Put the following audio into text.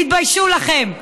תתביישו לכם.